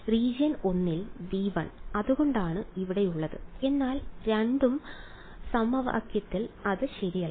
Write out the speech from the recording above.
region 1 ൽ V 1 അതുകൊണ്ടാണ് ഇവിടെയുള്ളത് എന്നാൽ 2 ആം സമവാക്യത്തിൽ അത് ശരിയല്ല